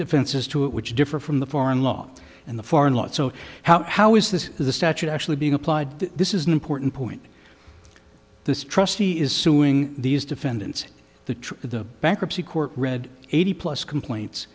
defenses to it which differ from the foreign law and the foreign lot so how how is this the statute actually being applied this is an important point the trustee is suing these defendants the truth of the bankruptcy court read eighty plus complaints